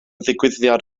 ddigwyddiad